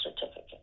certificate